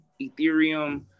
Ethereum